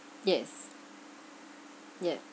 yes yeah